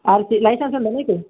RC licence ఉందా నీకు